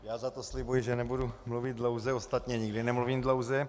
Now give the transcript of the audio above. Já za to slibuji, že nebudu mluvit dlouze, ostatně nikdy nemluvím dlouze.